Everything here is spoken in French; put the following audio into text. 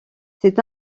c’est